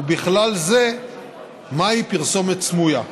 ובכלל זה מהי פרסומה סמויה.